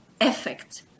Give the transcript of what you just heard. effect